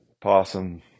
Possum